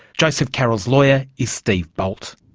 joseph carrall's lawyer is steve bolt.